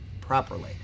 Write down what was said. properly